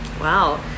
Wow